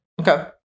Okay